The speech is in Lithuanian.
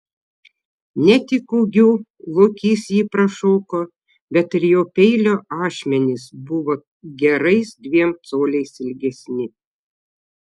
ne tik ūgiu lokys jį prašoko bet ir jo peilio ašmenys buvo gerais dviem coliais ilgesni